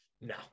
No